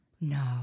No